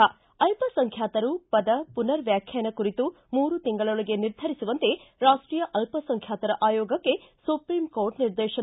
ಿ ಅಲ್ಲಸಂಖ್ಯಾತರು ಪದ ಪುನರ್ ವ್ಯಾಖ್ಯಾನ ಕುರಿತು ಮೂರು ತಿಂಗಳೊಳಗೆ ನಿರ್ಧರಿಸುವಂತೆ ರಾಷ್ಟೀಯ ಅಲ್ಲಸಂಖ್ಯಾತರ ಆಯೋಗಕ್ಕೆ ಸುಪ್ರೀಂಕೋರ್ಟ್ ನಿರ್ದೇಶನ